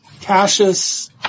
Cassius